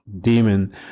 demon